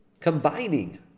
combining